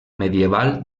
medieval